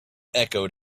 echoed